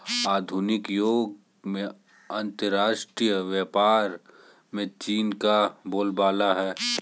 आधुनिक युग में अंतरराष्ट्रीय व्यापार में चीन का बोलबाला है